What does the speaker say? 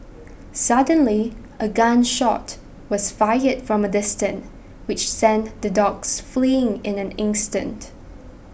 suddenly a gun shot was fired from a distance which sent the dogs fleeing in an instant